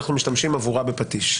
אנחנו משתמשים עבורה בפטיש.